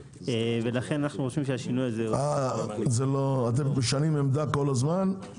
לכן אנו חושבים שהשינוי הזה- -- אתם משנים עמדה כל הזמן.